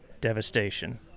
devastation